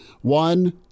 One